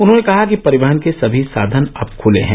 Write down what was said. उन्होंने कहा कि परिवहन के सभी साधन अब खुले हैं